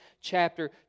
chapter